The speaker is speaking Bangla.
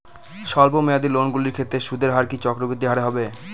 স্বল্প মেয়াদী লোনগুলির ক্ষেত্রে সুদের হার কি চক্রবৃদ্ধি হারে হবে?